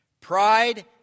Pride